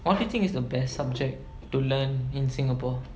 what do you think is the best subject to learn in singapore